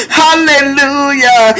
hallelujah